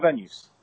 venues